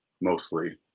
mostly